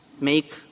make